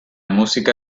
música